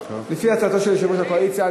לפי הצעתו של יושב-ראש הקואליציה,